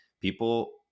people